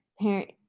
parent